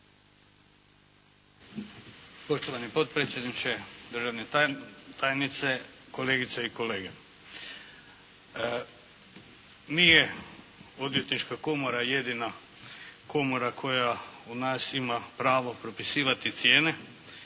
Poštovani potpredsjedniče, državna tajnice, kolegice i kolege. Nije Odvjetnička komora jedina komora koja u nas ima pravo propisivati cijene,